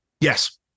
Yes